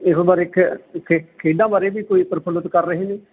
ਇਹੋ ਬਾਰੇ ਇੱਥੇ ਖੇ ਖੇਡਾਂ ਬਾਰੇ ਵੀ ਕੋਈ ਪ੍ਰਫੁੱਲਿਤ ਕਰ ਰਹੇ ਨੇ